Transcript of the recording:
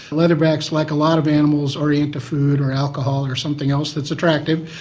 leatherbacks, like a lot of animals, orient to food or alcohol or something else that is attractive.